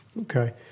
Okay